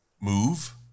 move